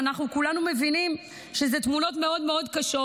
ואנחנו כולנו מבינים שאלה תמונות מאוד קשות.